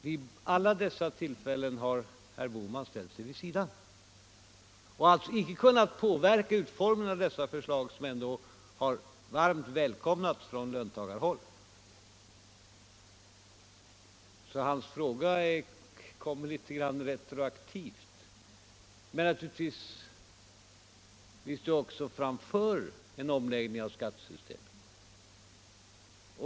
Vid dessa tillfällen har herr Bohman ställt sig vid sidan och alltså inte kunnat påverka utformningen av dessa förslag, som ändå har varmt välkomnats från löntagarhåll. Hans fråga kommer alltså litet retroaktivt. Men naturligtvis står vi också inför en omläggning av skattesystemet.